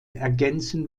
ergänzen